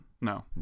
No